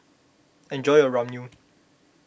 enjoy your Ramyeon